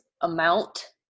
amount